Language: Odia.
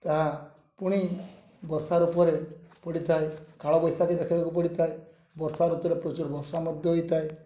ତାହା ପୁଣି ବର୍ଷା ରୂପରେ ପଡ଼ିଥାଏ କାଳ ବୈଶାଖୀ ଦେଖିବାକୁ ପଡ଼ିଥାଏ ବର୍ଷା ଋତୁରେ ପ୍ରଚୁର ବର୍ଷା ମଧ୍ୟ ହୋଇଥାଏ